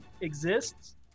exists